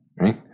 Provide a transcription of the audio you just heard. right